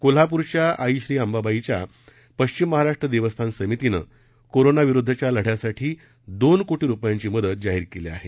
कोल्हापूरच्या आई श्री अंबाबाईच्या पश्चिम महाराष्ट्र देवस्थान समितीनं कोरोना विरुद्धच्या लद्यासाठी दोन कोटी रुपयांची मदत जाहीर केली आहे